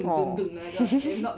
orh